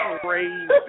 crazy